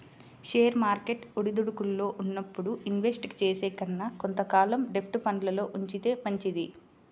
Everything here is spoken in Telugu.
షేర్ మార్కెట్ ఒడిదుడుకుల్లో ఉన్నప్పుడు ఇన్వెస్ట్ చేసే కన్నా కొంత కాలం డెబ్ట్ ఫండ్లల్లో ఉంచితే మంచిది